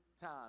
time